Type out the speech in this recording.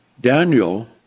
Daniel